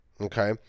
Okay